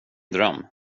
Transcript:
dröm